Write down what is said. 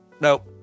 Nope